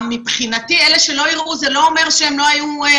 מבחינת ההבנה שלנו מתלונות שהגיעו לוועדה,